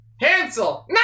Hansel